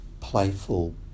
playful